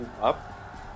up